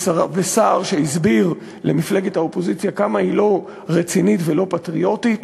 ושר שהסביר למפלגת האופוזיציה כמה היא לא רצינית ולא פטריוטית,